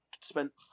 spent